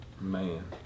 Man